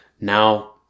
now